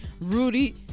Rudy